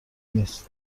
نیست